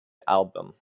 album